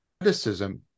criticism